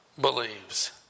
believes